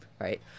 right